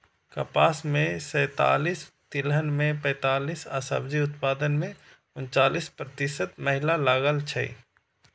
कपास मे सैंतालिस, तिलहन मे पैंतालिस आ सब्जी उत्पादन मे उनचालिस प्रतिशत महिला लागल छै